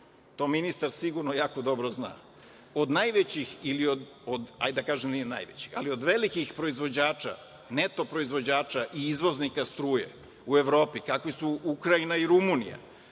to ministar sigurno jako dobro zna, od najvećih, hajde da ne bude baš od najvećih, od velikih proizvođača, neto proizvođača i izvoznika struje u Evropi, kakvi su Ukrajina i Rumunija,